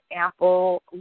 apple